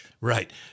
Right